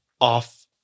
off